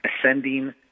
ascending